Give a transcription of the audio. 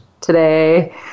today